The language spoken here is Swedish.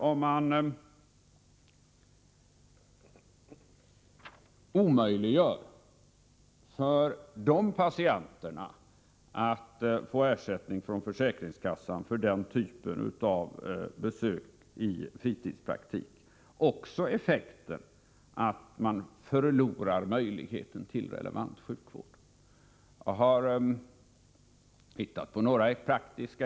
Om man omöjliggör för de här patienterna att få ersättning från försäkringskassan för denna typ av besök hos en fritidspraktiker, blir säkert effekten även här att de förlorar möjligheten till relevant sjukvård. Jag har tittat på några fall.